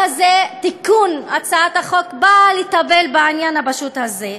תיקון הצעת החוק הזה בא לטפל בעניין הפשוט הזה,